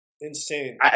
insane